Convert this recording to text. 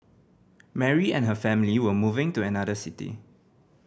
Mary and her family were moving to another city